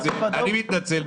אני מתנצל,